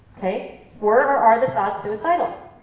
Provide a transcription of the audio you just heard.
were or are the thoughts suicidal?